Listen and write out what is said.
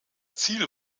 ziel